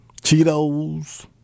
Cheetos